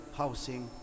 housing